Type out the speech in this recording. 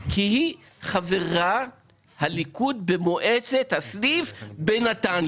כי היא חברת הליכוד במועצת הסניף בנתניה.